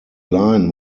line